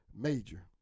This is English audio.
major